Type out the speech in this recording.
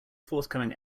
forthcoming